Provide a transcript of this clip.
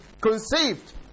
conceived